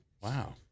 Wow